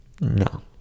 No